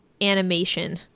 animation